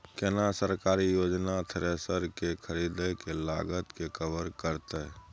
केना सरकारी योजना थ्रेसर के खरीदय के लागत के कवर करतय?